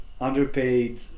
underpaid